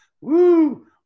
Woo